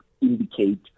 indicate